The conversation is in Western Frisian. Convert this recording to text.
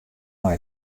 nei